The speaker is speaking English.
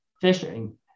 fishing